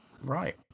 Right